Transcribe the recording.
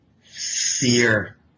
fear